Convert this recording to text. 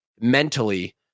mentally